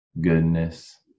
goodness